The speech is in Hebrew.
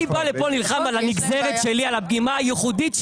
אני בא לפה ונלחם על הנגזרת שלי; על הדגימה הייחודית שלי.